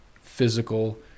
physical